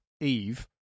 Eve